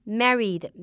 married